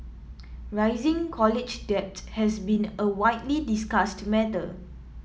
rising college debt has been a widely discussed matter